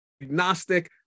agnostic